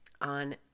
on